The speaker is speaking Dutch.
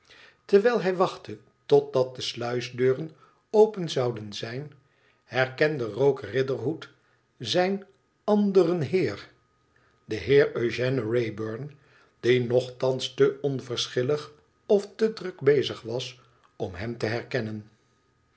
terwijl hij wachtte totdat de sluisdeuren open zouden zijn herkende rogue riderhood zijn anderen heer den heer eugène wrayburn die nochtans te onverschillig ofte druk bezig was om hem te herkennen